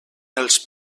els